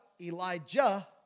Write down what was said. Elijah